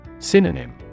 Synonym